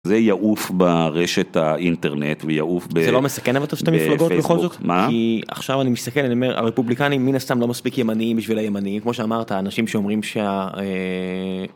זה יעוף ברשת האינטרנט ויעוף בפייסבוק מה עכשיו אני מסתכל אני אומר הרפובליקנים מן הסתם לא מספיק ימניים בשביל הימניים כמו שאמרת אנשים שאומרים שה.